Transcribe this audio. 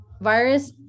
virus